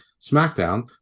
SmackDown